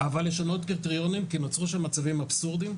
אבל לשנות קריטריונים כי נוצרו שם מצבים אבסורדיים,